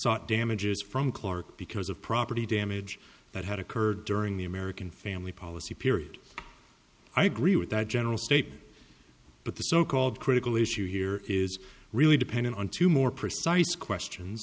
sought damages from clark because of property damage that had occurred during the american family policy period i agree with that general statement but the so called critical issue here is really dependent on two more precise questions